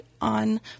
on